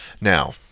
Now